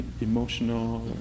emotional